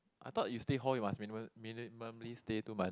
I thought you stay hall you must minimum minimally stay two month